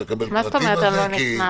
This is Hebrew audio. מה זאת אומרת שאתה לא נכנס?